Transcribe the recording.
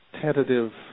tentative